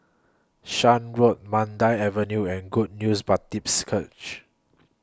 Shan Road Mandai Avenue and Good News Baptist Church